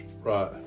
Right